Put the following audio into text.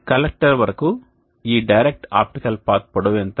collector వరకు ఈ direct optical path పొడవు ఎంత